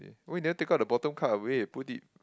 why never take out the bottom card away put it